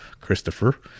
Christopher